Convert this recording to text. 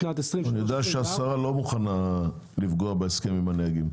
אני יודע שהשרה לא מוכנה לפגוע בהסכם עם הנהגים.